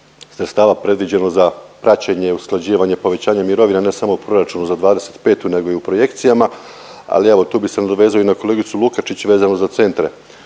sredstava predviđeno za praćenje, usklađivanje, povećanje mirovina ne samo u proračunu za '25. nego i u projekcijama. Ali evo tu bi se nadovezao i na kolegicu Lukačić vezano za centre,